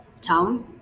town